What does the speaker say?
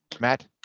Matt